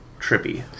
trippy